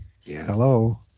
hello